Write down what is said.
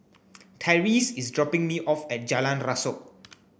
Tyrese is dropping me off at Jalan Rasok